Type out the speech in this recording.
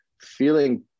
feeling